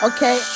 Okay